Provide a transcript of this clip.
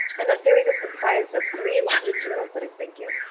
and the series is comprised of three longitudinal studies, thank you,